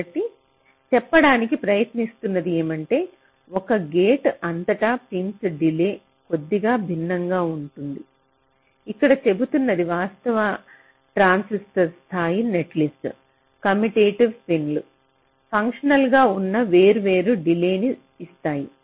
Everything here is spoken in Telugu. కాబట్టి చెప్పడానికి ప్రయత్నిస్తున్నది ఏమంటే ఒక గేటుకు అంతటా పిన్స్ డిలే కొద్దిగా భిన్నంగా ఉంటుంది ఇక్కడ చెబుతున్నది వాస్తవ ట్రాన్సిస్టర్ స్థాయి నెట్లిస్ట్లో కమ్యుటేటివ్ పిన్లు ఫంక్షనల్ గా ఉన్న వేర్వేరు డిలే నీ ఇస్తాయి